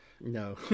no